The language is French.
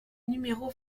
numéro